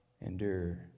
endure